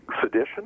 sedition